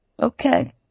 Okay